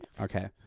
Okay